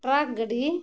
truck ᱜᱟᱹᱰᱤ